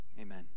Amen